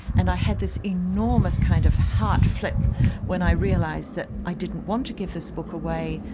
and i had this enormous kind of heart flip when i realised that i didn't want to give this book away,